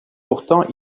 pourtant